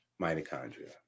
mitochondria